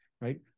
right